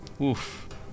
Oof